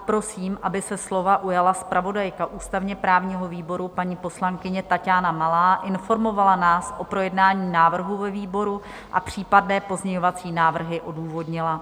Prosím, aby se slova ujala zpravodajka ústavněprávního výboru, paní poslankyně Taťána Malá, informovala nás o projednání návrhu ve výboru a případné pozměňovací návrhy odůvodnila.